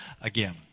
again